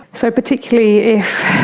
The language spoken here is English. so particularly if